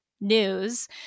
news